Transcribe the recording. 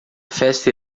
festa